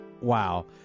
wow